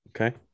Okay